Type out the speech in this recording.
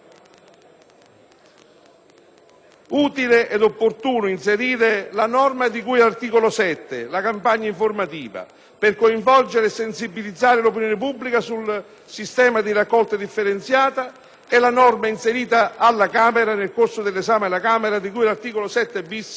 utile ed opportuno inserire la norma di cui all'articolo 7, relativa alla campagna informativa, per coinvolgere e sensibilizzare l'opinione pubblica sul sistema di raccolta differenziata e la norma inserita nel corso dell'esame presso la Camera dei deputati di cui